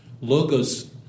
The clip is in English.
Logos